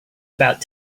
about